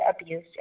abuse